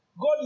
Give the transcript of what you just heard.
god